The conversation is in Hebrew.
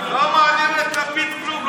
לא מעניין את לפיד כלום.